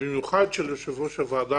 ובמיוחד של יושב ראש הוועדה